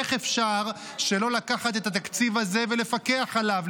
איך אפשר שלא לקחת את התקציב הזה ולפקח עליו,